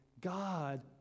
God